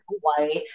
white